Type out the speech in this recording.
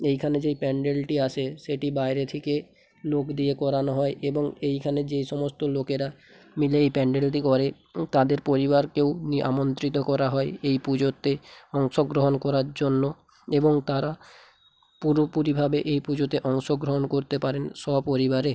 এইখানে যেই প্যাণ্ডেলটি আসে সেটি বাইরে থেকে লোক দিয়ে করানো হয় এবং এইখানে যে সমস্ত লোকেরা মিলে এই প্যাণ্ডেলটি করে তাদের পরিবারকেও নিয়ে আমন্ত্রিত করা হয় এই পুজোতে অংশগ্রহণ করার জন্য এবং তারা পুরোপুরিভাবে এই পুজোতে অংশগ্রহণ করতে পারেন সপরিবারে